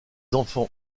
enfants